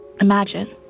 Imagine